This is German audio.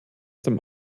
dem